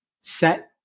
set